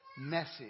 message